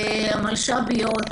המלש"ביות,